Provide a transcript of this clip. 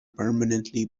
permanently